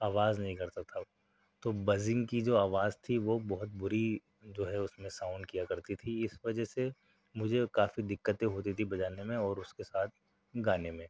آواز نہیں کرتا تھا وہ تو بزنگ کی جو آواز تھی وہ بہت بری جو ہے اُس میں ساونڈ کیا کرتی تھی اِس وجہ سے مجھے کافی دقتیں ہوتی تھیں بجانے میں اور اُس کے ساتھ گانے میں